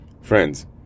Friends